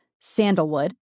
sandalwood